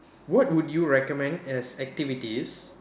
what would you recommend as activities